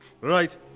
right